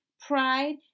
pride